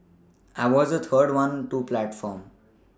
I was the third one to platform